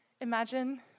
imagine